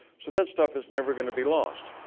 so that stuff is never gonna be lost.